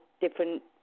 different